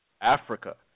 Africa